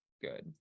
good